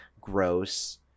gross